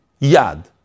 Yad